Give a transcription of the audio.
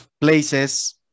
places